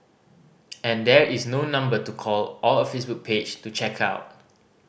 and there is no number to call or a Facebook page to check out